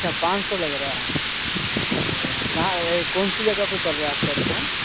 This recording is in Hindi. अच्छा पाँच सौ लग रहा है तो कहाँ कौन सी जगह पर पड़ रही है आपकी दुकान